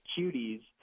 cuties